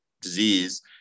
disease